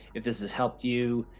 if this has helped you.